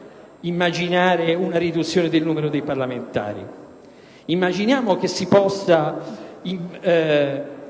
si possa immaginare una riduzione del numero dei parlamentari,